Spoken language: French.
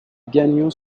gagnants